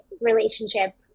relationship